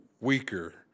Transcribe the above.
weaker